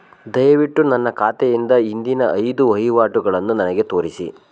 ದಯವಿಟ್ಟು ನನ್ನ ಖಾತೆಯಿಂದ ಹಿಂದಿನ ಐದು ವಹಿವಾಟುಗಳನ್ನು ನನಗೆ ತೋರಿಸಿ